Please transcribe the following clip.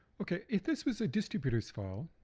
okay, if this was a distributor's file,